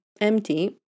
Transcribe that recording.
empty